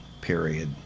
period